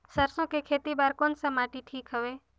सरसो के खेती बार कोन सा माटी ठीक हवे?